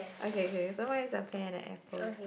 okay k so mine is a pear and an apple